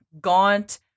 gaunt